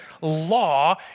law